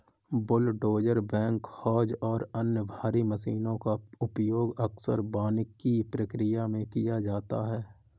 bulldozer backhoes और अन्य भारी मशीनों का उपयोग अक्सर वानिकी प्रक्रिया में किया जाता है